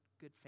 good